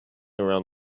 around